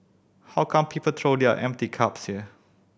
how come people throw their empty cups here